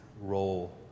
role